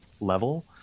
level